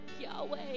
Yahweh